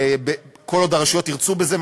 כל עוד הרשויות ירצו בזה,